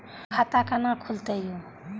खाता केना खुलतै यो